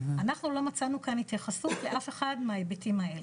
אנחנו לא מצאנו כאן התייחסות לאף אחד מההיבטים הללו.